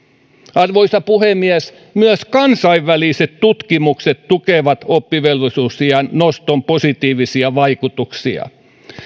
arvoisa puhemies myös kansainväliset tutkimukset tukevat oppivelvollisuusiän noston positiivisia vaikutuksia